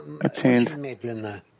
attained